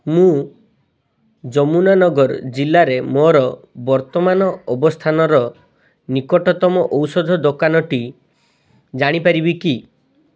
ମୁଁ ଯମୁନାନଗର ଜିଲ୍ଲାରେ ମୋର ବର୍ତ୍ତମାନ ଅବସ୍ଥାନର ନିକଟତମ ଔଷଧ ଦୋକାନଟି ଜାଣିପାରିବି କି